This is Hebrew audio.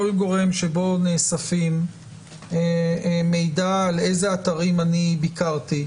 גורם שבו נאסף מידע על איזה אתרים ביקרתי,